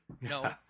No